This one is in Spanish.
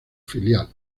filial